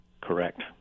Correct